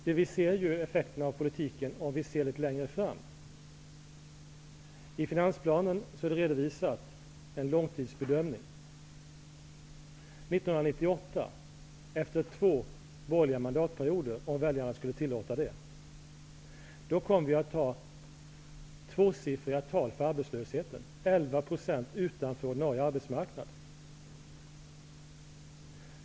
Det vi ser är effekterna av politiken litet längre fram. I finansplanen redovisas en långtidsbedömning. Efter två borgerliga mandatperioder -- om väljarna skulle tillåta det -- kommer vi 1998 att ha tvåsiffriga tal för arbetslösheten. 11 % kommer att stå utanför den ordinarie arbetsmarknaden.